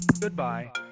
Goodbye